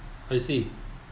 I see